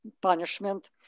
punishment